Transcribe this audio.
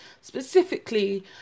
Specifically